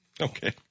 okay